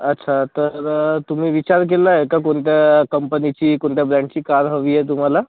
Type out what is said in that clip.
अच्छा तर तुम्ही विचार केला आहे का कोणत्या कंपनीची कोणत्या ब्रँडची कार हवी आहे तुम्हाला